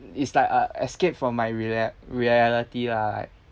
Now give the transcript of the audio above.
it's like a escape from my reali~ reality lah like